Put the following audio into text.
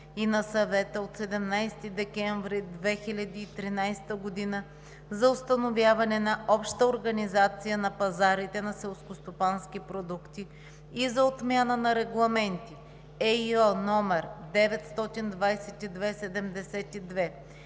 и на Съвета от 17 декември 2013 година за установяване на обща организация на пазарите на селскостопански продукти и за отмяна на регламенти (ЕИО) № 922/72,